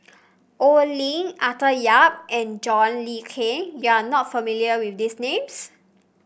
Oi Lin Arthur Yap and John Le Cain you are not familiar with these names